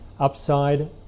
Upside